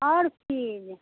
हर चीज